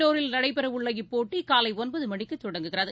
இந்தூரில் நடைபெறஉள்ள இப்போட்டிகாலைஒன்பதுமணிக்குதொடங்குகிறது